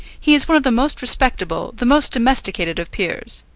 he is one of the most respectable, the most domesticated of peers.